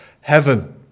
heaven